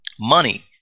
Money